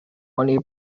oni